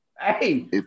hey